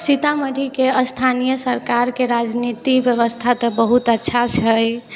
सीतामढ़ीके स्थानीय सरकारके राजनीतिक व्यवस्था तऽ बहुत अच्छा छै